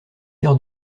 heure